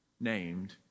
named